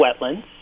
wetlands